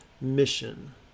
mission